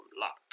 luck